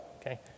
okay